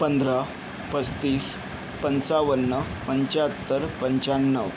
पंधरा पस्तीस पंचावन्न पंचाहत्तर पंचाण्णव